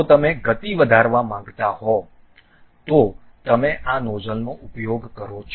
જો તમે ગતિ વધારવા માંગતા હો તો તમે આ નોઝલનો ઉપયોગ કરો છો